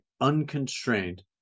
unconstrained